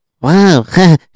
Wow